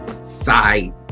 side